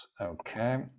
Okay